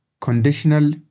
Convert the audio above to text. Conditional